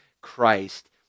Christ